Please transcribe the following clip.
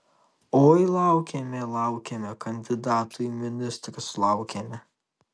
oi laukėme laukėme kandidatų į ministrus laukėme